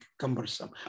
cumbersome